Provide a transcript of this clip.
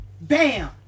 BAM